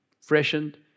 freshened